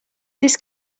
this